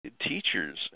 teachers